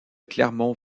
clermont